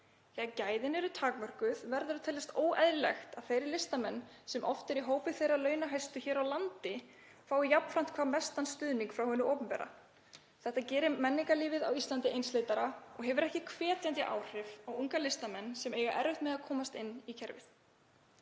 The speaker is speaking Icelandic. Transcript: Þegar gæðin eru takmörkuð verður að teljast óeðlilegt að þeir listamenn sem oft eru í hópi þeirra launahæstu hér á landi fái jafnframt hvað mestan stuðning frá hinu opinbera. Þetta gerir menningarlífið á Íslandi einsleitara og hefur ekki hvetjandi áhrif á unga listamenn sem eiga erfitt með að komast inn í kerfið.